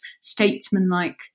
statesman-like